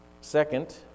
Second